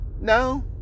No